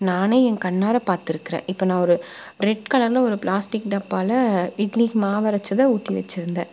நான் என் கண்ணால் பாத்திருக்கறேன் இப்போ நான் ஒரு ரெட் கலரில் ஒரு பிளாஸ்டிக் டப்பாவில் இட்லிக்கு மாவு அரைச்சதை ஊற்றி வெச்சுருந்தேன்